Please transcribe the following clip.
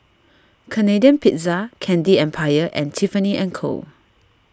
Canadian Pizza Candy Empire and Tiffany and Co